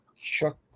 Chuck